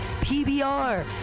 PBR